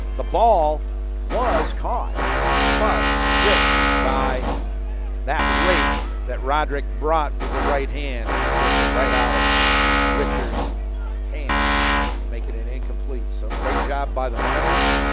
the ball was caught but stripped by that rake that roderick brought with the right hand. and he ripped it right out of richter's hands to make it an incomplete. so great job by the miners.